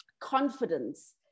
confidence